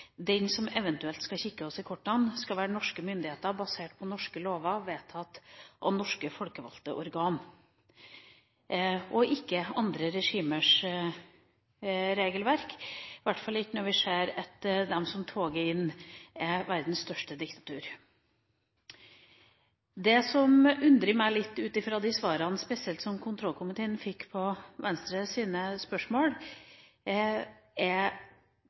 den som eventuelt skal kikke oss i kortene, skal være norske myndigheter, basert på norske lover, vedtatt av norske folkevalgte organ og ikke andre regimers regelverk – i hvert fall ikke når vi ser at de som toger inn, er verdens største diktatur. Det som undrer meg litt, spesielt ut fra de svarene som kontrollkomiteen fikk på Venstres spørsmål, er